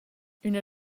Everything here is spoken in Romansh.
üna